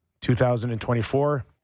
2024